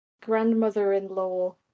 grandmother-in-law